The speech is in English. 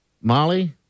Molly